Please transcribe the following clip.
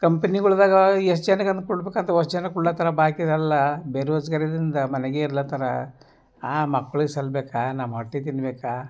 ಕಂಪ್ನಿಗಳ್ದಾಗ ಎಷ್ಟು ಜನಕ್ಕೆ ಅಂತ ಕೊಡಬೇಕು ಅಂತ ಅವಷ್ಟು ಜನಕ್ಕೆ ಕೊಡ್ಲತ್ತರ ಬಾಕಿದೆಲ್ಲ ಬೇರೋಜ್ಗಾರದಿಂದ ಮನೀಗೆ ಇರ್ಲತರ ಆ ಮಕ್ಳಿಗ್ ಸಲ್ಲಬೇಕಾ ನಮ್ಮ ಹೊಟ್ಟೆ ತಿನ್ನಬೇಕಾ